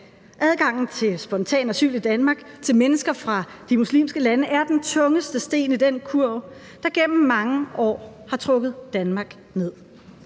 Adgangen til spontan asyl i Danmark til mennesker fra de muslimske lande er den tungeste sten i den kurv, der gennem mange år har trukket Danmark ned.